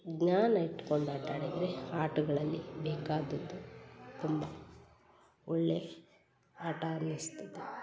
ಜ್ಞಾನ ಇಟ್ಕೊಂಡು ಆಟ ಆಡಿದರೆ ಆಟಗಳಲ್ಲಿ ಬೇಕಾದದ್ದು ತುಂಬ ಒಳ್ಳೆಯ ಆಟ ಅನಿಸ್ತದೆ